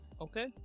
Okay